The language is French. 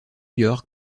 york